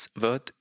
worth